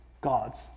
God's